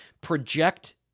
project